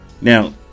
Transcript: now